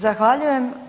Zahvaljujem.